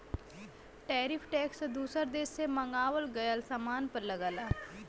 tariff tax दूसर देश से मंगावल गयल सामान पर लगला